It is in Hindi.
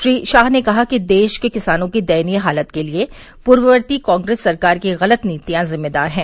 श्री शाह ने कहा कि देश के किसानों की दयनीय हालत के लिये पूर्ववर्ती कांग्रेस सरकार की गलत नीतियां जिम्मेदार है